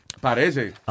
Parece